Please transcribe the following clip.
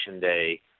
day